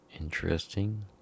Interesting